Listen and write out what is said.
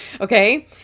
okay